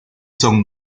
son